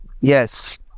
Yes